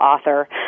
author